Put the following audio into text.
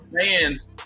fans